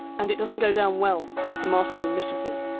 and it doesn't go down well with the masters and mistresses.